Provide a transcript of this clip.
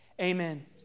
Amen